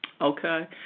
Okay